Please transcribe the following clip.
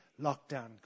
lockdown